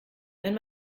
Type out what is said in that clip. wenn